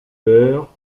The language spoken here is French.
père